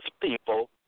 people